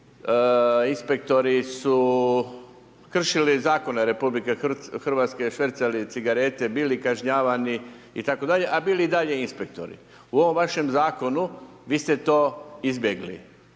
inspektori su kršili zakone RH, švercali cigarete, bili kažnjavani itd., a bili i dalje inspektori. U ovom vašem zakonu vi ste to izbjegli